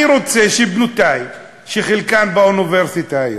אני רוצה שבנותי, שחלקן באוניברסיטה היום,